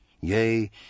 yea